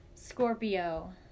Scorpio